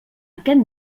aquest